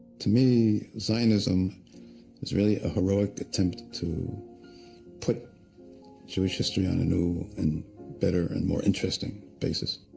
to me, zionism is really a heroic attempt to put jewish history on a new and better and more interesting basis.